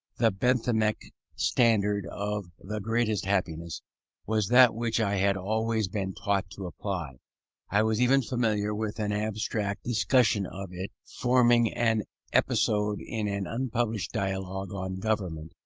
the benthamic standard of the greatest happiness was that which i had always been taught to apply i was even familiar with an abstract discussion of it, forming an episode in an unpublished dialogue on government,